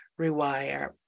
rewire